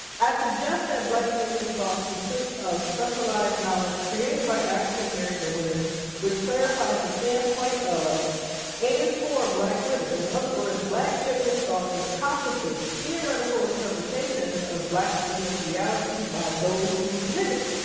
i suggest that black feminist thought consists of specialized knowledge created by african-american women which clarifies the standpoint of and for black women. in other words, black feminist thought encompasses theoretical interpretations of black women's reality by those who live it.